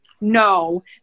no